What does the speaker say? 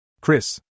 Chris